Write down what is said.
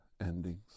endings